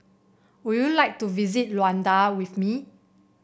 would you like to visit Luanda with me